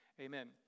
Amen